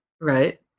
Right